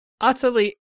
utterly